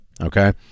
Okay